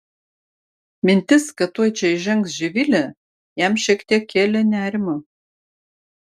mintis kad tuoj čia įžengs živilė jam šiek tiek kėlė nerimo